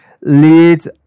leads